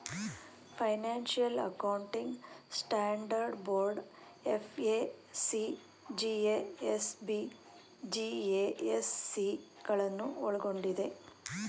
financial accounting standard board FAC, GASB, GASC ಗಳನ್ನು ಒಳ್ಗೊಂಡಿದೆ